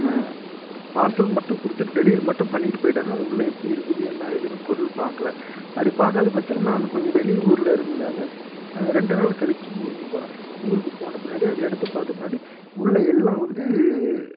parcel மட்டும் கொடுத்துட்டு delivery மட்டும் பண்ணிவிட்டு போயிட்டாங்க உள்ளே எப்படி இருக்குது என்ன ஏதுனு பொருள் பார்க்கல அப்படி பார்க்காத பட்சத்தில் நான் கொஞ்சம் வெளி ஊரில் இருந்ததினால ரெண்டு நாள் கழித்து ஊருக்கு போகிறேன் ஊருக்கு போன பின்னாடி அதை எடுத்து பார்த்த பின்னாடி உள்ளே எல்லாம் வந்து